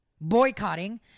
boycotting